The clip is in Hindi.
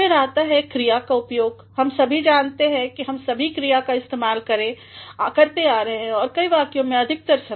फिर आता है क्रिया का उपयोग हम सभी जानते हैं कि हम सभी क्रिया काइस्तेमाल करे आ रहे हैं कई वाक्योंमें अधिकतर समय